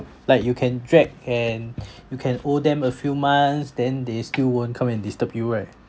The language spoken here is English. like you can drag and you can owe them a few months then they still won't come and disturb you right